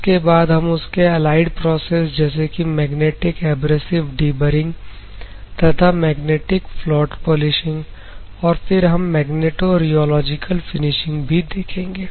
उसके बाद हम इसके अलाइड प्रोसेस जैसे कि मैग्नेटिक एब्रेसिव डीबरिंग तथा मैग्नेटिक फ्लोट पॉलिशिंग और फिर हम मैग्नेटोियोलॉजिकल फिनिशिंग भी देखेंगे